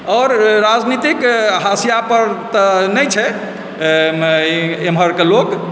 आओर राजनीतिके हासिया पर तऽ नहि छै एम्हरके लोक